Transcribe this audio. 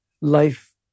life